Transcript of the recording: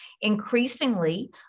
Increasingly